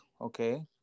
okay